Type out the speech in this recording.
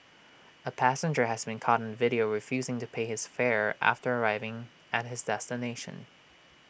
A passenger has been caught on video refusing to pay his fare after arriving at his destination